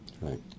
Right